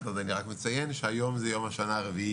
אז אני רק מציין שהיום זה יום השנה הרביעי